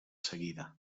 seguida